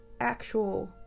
actual